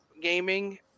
gaming